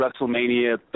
WrestleMania